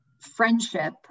friendship